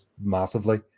massively